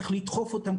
צריך לדחוף אותם,